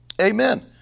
Amen